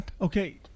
Okay